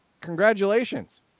Congratulations